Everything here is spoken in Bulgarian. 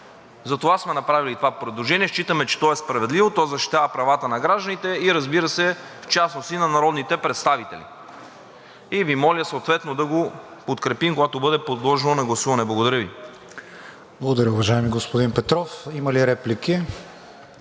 Затова сме направили това предложение и считаме, че то е справедливо, то защитава правата на гражданите и, разбира се, в частност и на народните представители и Ви моля съответно да го подкрепим, когато бъде подложено на гласуване. Благодаря Ви. ПРЕДСЕДАТЕЛ КРИСТИАН ВИГЕНИН: Благодаря, уважаеми господин Петров. Има ли реплики?